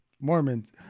Mormons